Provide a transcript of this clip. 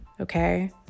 Okay